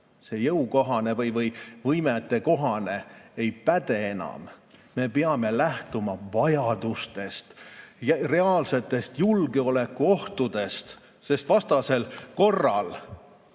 see jõukohane või võimetekohane ei päde enam! Me peame lähtuma vajadustest ja reaalsetest julgeolekuohtudest, sest vastasel korral